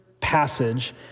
passage